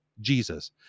Jesus